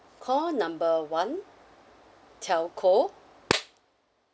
call number one telco